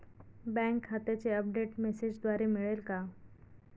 Bank खात्याचे update मेसेजद्वारे मिळेल का?